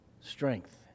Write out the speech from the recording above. strength